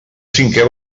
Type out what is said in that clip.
cinquè